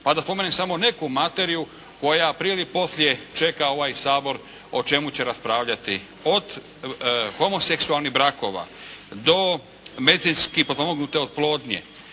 Pa da spomenem samo neku materiju koja prije ili poslije čeka ovaj Sabor o čemu će raspravljati od homoseksualnih brakova, do medicinski potpomugnute oplodnje,